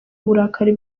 uburakari